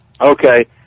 Okay